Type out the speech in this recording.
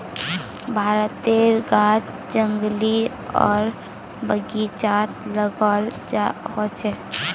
भारतेर गाछ जंगली आर बगिचात लगाल होचे